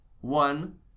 One